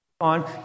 on